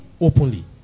openly